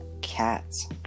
cats